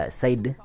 side